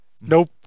Nope